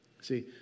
See